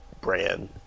brand